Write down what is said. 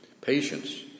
Patience